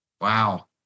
Wow